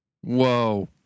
Whoa